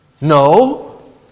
No